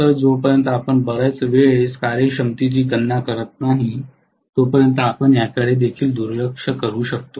खरं तर जोपर्यंत आपण बर्याच वेळेस कार्यक्षमतेची गणना करत नाही तोपर्यंत आपण याकडे देखील दुर्लक्ष करू